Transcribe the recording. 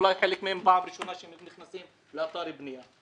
אולי חלק מהם פעם ראשונה שהם נכנסים לאתר בנייה.